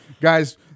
guys